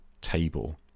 table